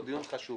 הוא דיון חשוב,